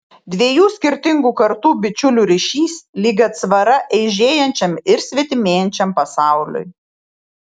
dviejų skirtingų kartų bičiulių ryšys lyg atsvara eižėjančiam ir svetimėjančiam pasauliui